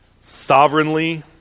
sovereignly